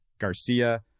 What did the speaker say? Garcia